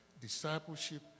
discipleship